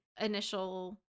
initial